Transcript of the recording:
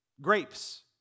grapes